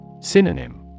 Synonym